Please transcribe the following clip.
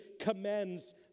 commends